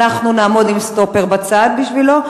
אנחנו נעמוד עם סטופר בצד בשבילו.